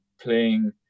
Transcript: playing